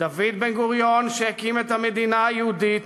ודוד בן-גוריון שהקים את המדינה היהודית